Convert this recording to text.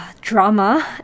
drama